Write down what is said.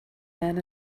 men